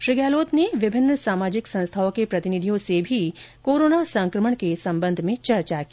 श्री गहलोत ने विभिन्न सामाजिक संस्थाओं के प्रतिनिधियों से भी कोरोना संक्रमण के संबंध में चर्चा की